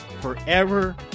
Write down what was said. forever